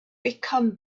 become